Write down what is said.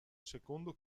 secondo